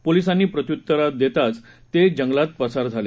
पोलिसांनी प्रत्युत्तर देताच ते जंगलातून पसार झाले